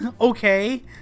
Okay